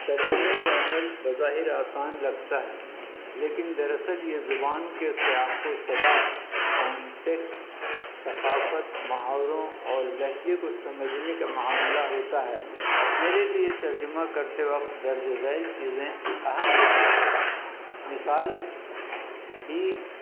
ترجمے کا عمل بظاہر آسان لگتا ہے لیکن دراصل یہ زبان کے سیاق و سباق کانٹیکسٹ ثقافت محاوروں اور لہجے کو سمجھنے کا معاملہ ہوتا ہے میرے لیے ترجمہ کرتے وقت درج ذیل چیزیں اہم ہوتی ہیں مثال ہی